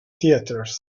theatres